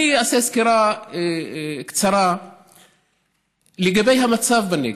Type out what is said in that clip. אני אעשה סקירה קצרה לגבי המצב בנגב,